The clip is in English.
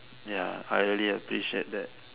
ya I really appreciate that